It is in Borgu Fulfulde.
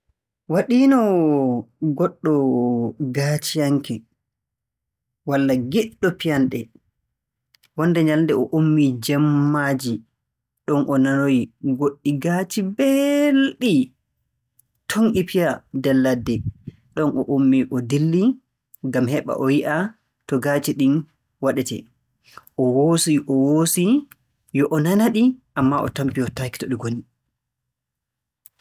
Waɗiino goɗɗo gaaciyane walla giɗɗo piyanɗe. Wonnde nyalnde o ummii jemmaaji, ɗon o nanoyi goɗɗi gaaci belɗi ton e fiya ndr ladde. Ɗon o ummii o dilli ngam heɓa o yi'a to gaaci ɗin waɗetee, o woosi o woosi, yo o nana-ɗi ammaa o tampi yottaaki to ɗi ngoni.